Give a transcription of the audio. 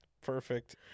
Perfect